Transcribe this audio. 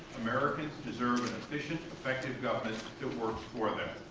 americans deserve an efficient, effective government that works for them.